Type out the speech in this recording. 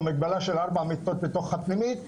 במגבלה של ארבע מיטות בתוך הפנימית,